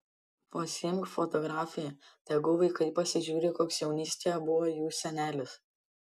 pasiimk fotografiją tegu vaikai pasižiūri koks jaunystėje buvo jų senelis